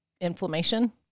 Inflammation